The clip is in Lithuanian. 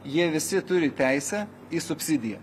jie visi turi teisę į subsidiją